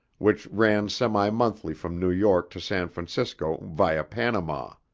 which ran semi-monthly from new york to san francisco via panama.